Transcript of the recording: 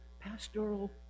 pastoral